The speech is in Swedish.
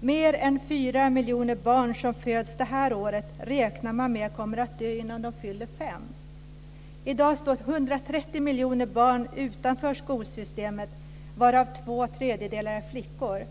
Man räknar med att mer än 4 miljoner barn som föds detta år kommer att dö innan de fyller fem. I dag står 130 miljoner barn utanför skolsystemet varav två tredjedelar är flickor.